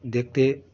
দেখতে